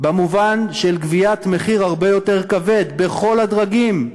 במובן של גביית מחיר הרבה יותר כבד בכל הדרגים.